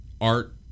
art